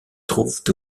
trouvent